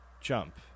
jump